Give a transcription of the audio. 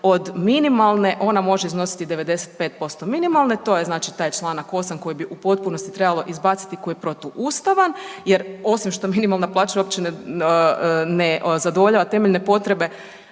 od minimalne, ona može iznositi 95% minimalne, to je znači taj čl. 8. koji bi u potpunosti trebalo izbaciti, koji je protuustavan jer osim što minimalna plaća uopće ne zadovoljava temeljne potrebe